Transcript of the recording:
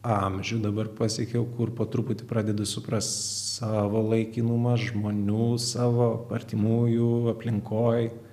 amžių dabar pasiekiau kur po truputį pradedu suprast savo laikinumą žmonių savo artimųjų aplinkoj